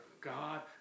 God